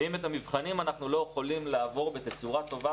ואם את המבחנים אנחנו לא יכולים לעבור בתצורה טובה,